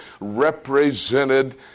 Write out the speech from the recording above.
represented